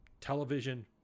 Television